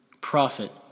Prophet